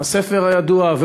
הספר הידוע,